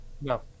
no